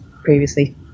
previously